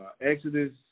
Exodus